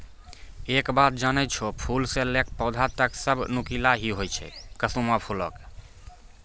एक बात जानै छौ, फूल स लैकॅ पौधा तक सब नुकीला हीं होय छै कुसमी फूलो के